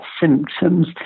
symptoms